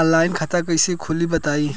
Online खाता कइसे खोली बताई?